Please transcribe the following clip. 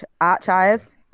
Archives